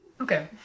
Okay